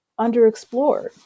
underexplored